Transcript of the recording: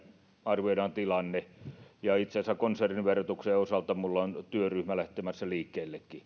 arvioidaan tilanne ja itse asiassa konserniverotuksen osalta minulla on työryhmä lähtemässä liikkeelle